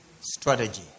strategy